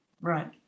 Right